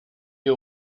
you